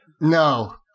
No